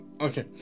Okay